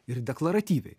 ir deklaratyviai